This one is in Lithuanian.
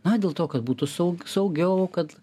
na dėl to kad būtų sau saugiau kad